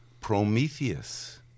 Prometheus